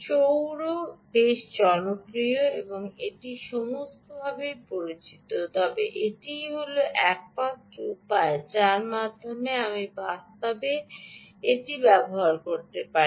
সৌর বেশ জনপ্রিয় এবং এটি সমস্ত পরিচিত তবে এটিই হল একমাত্র উপায় যার মাধ্যমে আপনি বাস্তবে এটি ব্যবহার করতে পারেন